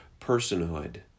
personhood